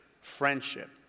friendship